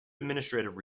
administrative